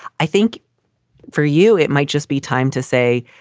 i think for you it might just be time to say,